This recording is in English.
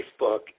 Facebook